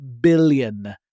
billion